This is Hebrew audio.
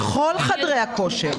בכל חדרי הכושר.